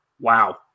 Wow